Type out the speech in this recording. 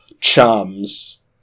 chums